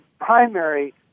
primary